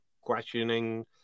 questioning